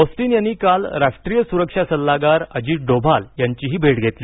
Austin यांनी काल राष्ट्रीय सुरक्षा सल्लागार अजित डोभाल यांचीही भेट घेतली